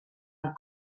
amb